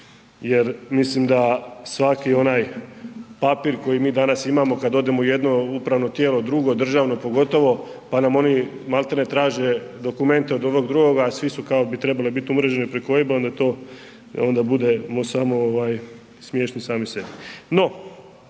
Jer mislim da svaki onaj papir koji mi danas imamo kad odemo u jedno upravno tijelo, drugo državno pogotovo, pa nam oni maltene traže dokumente od onog drugoga, a svi su kao bi trebali biti mreženi preko OIB-a onda je to, onda budemo samo ovaj smiješni sami sebi.